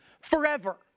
forever